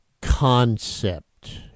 concept